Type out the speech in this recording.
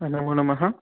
नमो नमः